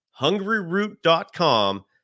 hungryroot.com